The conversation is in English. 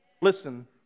Listen